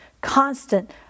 constant